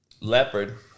Leopard